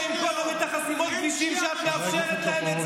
כשהם רואים כל יום את חסימות הכבישים שאת מאפשרת להם,